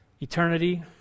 eternity